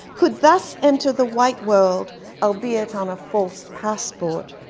could thus enter the white world albeit on a false passport,